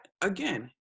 again